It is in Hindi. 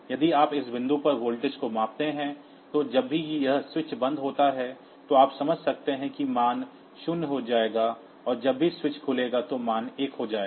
यदि आप इस बिंदु पर वोल्टेज को मापते हैं तो जब भी यह स्विच बंद होता है तो आप समझ सकते हैं कि मान 0 हो जाएगा और जब भी स्विच खुलेगा तो मान 1 हो जाएगा